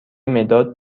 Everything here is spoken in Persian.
مداد